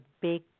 big